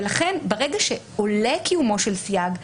לכן ברגע שעולה קיומו של סייג,